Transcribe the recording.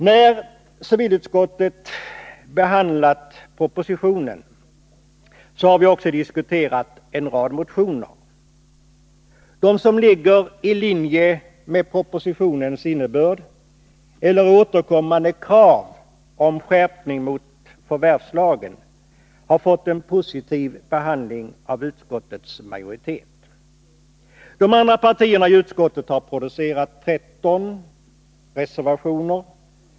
När civilutskottet behandlat propositionen har vi också diskuterat en rad motioner. De som ligger i linje med propositionens innebörd eller innebär återkommande krav på skärpning av förvärvslagen har fått en positiv behandling av utskottets majoritet. De andra partierna i utskottet har producerat 13 reservationer.